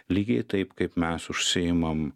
lygiai taip kaip mes užsiimam